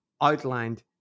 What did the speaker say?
outlined